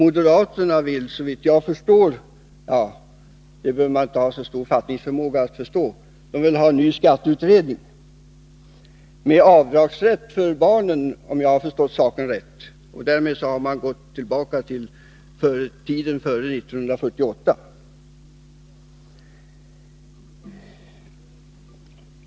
Moderaterna vill såvitt jag förstår — men det behöver man inte ha så stor fattningsförmåga för att förstå — ha en ny skatteutredning om avdragsrätt för barnen, och därmed har man gått tillbaka till tiden före 1948.